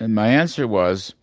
and my answer was